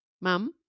Mum